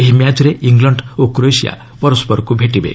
ଏହି ମ୍ୟାଚ୍ରେ ଇଂଲଣ୍ଡ ଓ କ୍ରୋଏସିଆ ପରସ୍କରକୁ ଭେଟିବେ